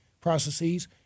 processes